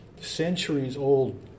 centuries-old